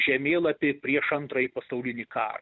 žemėlapį prieš antrąjį pasaulinį karą